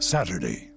Saturday